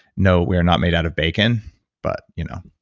no, we're not made out of bacon but you know